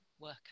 work